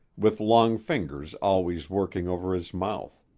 with long fingers always working over his mouth,